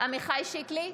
עמיחי שיקלי,